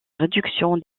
réduction